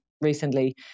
recently